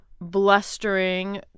blustering